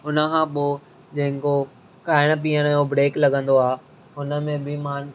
उनखां पोइ जेको खाइणु पीअणु जो ब्रैक लॻंदो आहे उन में बि मां